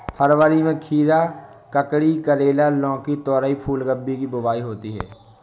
फरवरी में खीरा, ककड़ी, करेला, लौकी, तोरई, फूलगोभी की बुआई होती है